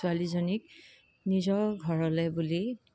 ছোৱালীজনীক নিজৰ ঘৰলৈ বুলি